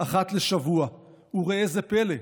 אחת לשבוע, וראה זה פלא,